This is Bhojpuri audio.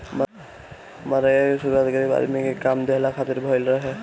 मनरेगा के शुरुआत गरीब आदमी के काम देहला खातिर भइल रहे